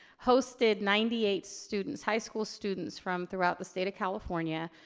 hosted ninety eight students, high school students from throughout the state of california.